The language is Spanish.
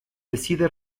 decide